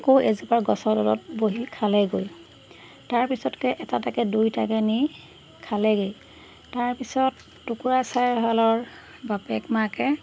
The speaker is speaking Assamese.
আকৌ এজোপা গছৰ ডালত বহি খালেগৈ তাৰপিছতকে এটা এটাকৈ দুইটাকে নি খালেগৈ তাৰপিছত টুকুৰা চৰাইহালৰ বাপেক মাকে